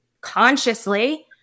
consciously